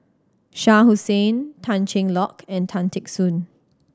Shah Hussain Tan Cheng Lock and Tan Teck Soon